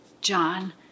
John